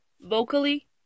vocally